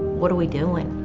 what are we doing?